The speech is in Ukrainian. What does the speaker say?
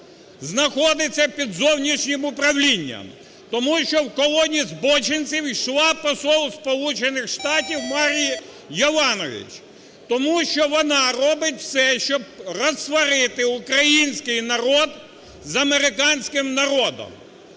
знаходиться під зовнішнім управлінням. Тому що в колоні збоченців йшла Посол Сполучених Штатів Марі Йованович. Тому що вона робить все, щоб розсварити український народ з американським народом.